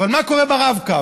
אבל מה קורה ברב-קו?